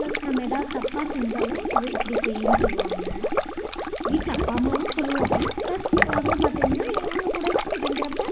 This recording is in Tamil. ப்ளஸ் நம்ப ஏதாவது தப்பாக செஞ்சாலும் இது இப்படி செய்யின்னு சொல்லுவாங்க வீட்டில் அப்பா அம்மாவும் சொல்லுவாங்க ப்ளஸ் வந்து பார்த்திங்கன்னா இவங்க கூட இதுங்கிறப்ப